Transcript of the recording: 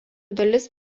dalis